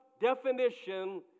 definition